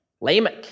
Lamech